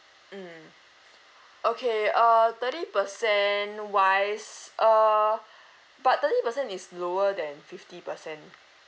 mm okay uh thirty percent wise err but thirty percent is lower than fifty percent